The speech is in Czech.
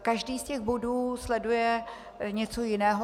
Každý z těch bodů sleduje něco jiného.